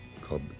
called